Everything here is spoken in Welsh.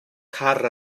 car